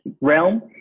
realm